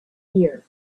here